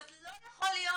אז לא יכול להיות